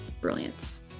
brilliance